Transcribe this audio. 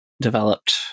developed